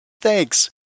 Thanks